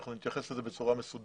אנחנו נתייחס לזה בצורה מסודרת.